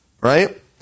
right